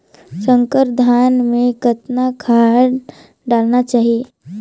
संकर धान मे कतना खाद डालना चाही?